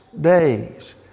days